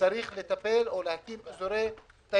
צריך לטפל ולהקים אזור תיירות.